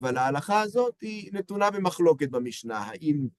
ולהלכה הזאת היא נתונה במחלוקת במשנה, האם...